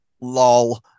lol